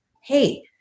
hey